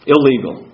Illegal